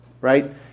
right